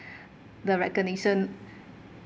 the recognition